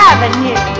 Avenue